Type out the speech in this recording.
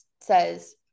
says